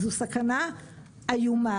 זו סכנה איומה.